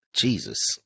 Jesus